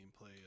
gameplay